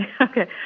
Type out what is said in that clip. Okay